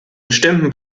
bestimmten